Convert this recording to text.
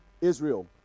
Israel